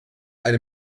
eine